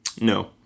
No